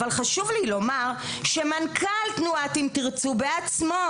אבל חשוב לי לומר שמנכ"ל תנועת "אם תרצו" בעצמו,